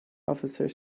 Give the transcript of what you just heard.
officer